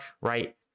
right